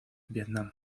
vietnam